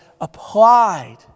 applied